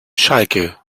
schalke